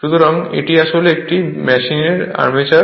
সুতরাং এটি আসলে একটি DC মেশিনের আর্মেচার